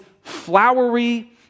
flowery